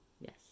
Yes